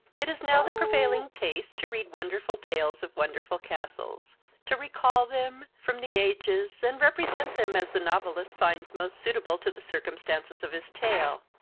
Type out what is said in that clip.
it is now the prevailing taste to read wonderful tales of wonderful castles to recall them from the ages, and represent them as the novelist finds most suitable to the circumstances of his tale.